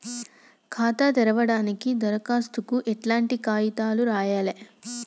ఖాతా తెరవడానికి దరఖాస్తుకు ఎట్లాంటి కాయితాలు రాయాలే?